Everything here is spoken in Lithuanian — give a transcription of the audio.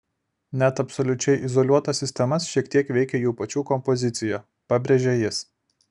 net absoliučiai izoliuotas sistemas šiek tiek veikia jų pačių kompozicija pabrėžia jis